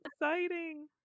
exciting